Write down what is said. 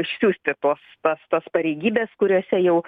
išsiųsti tuos tas tas pareigybes kuriose jau